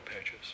pages